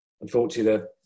Unfortunately